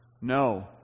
No